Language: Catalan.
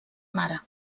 mare